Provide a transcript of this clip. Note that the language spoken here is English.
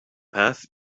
path